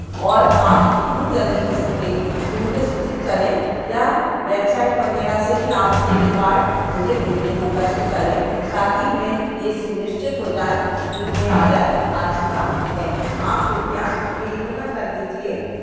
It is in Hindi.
और आप जितनी जल्दी हो सके ये मुझे सूचित करें या बेवसाइट वगैरह से भी आप ये रेकार्ड मुझे भेजने का कष्ट करें ताकि मैं ये सुनिश्चित हो जाए कि ये ऑर्डर आ चुका है आप कृपया ये इतना कर दीजिए